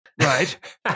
Right